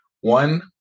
one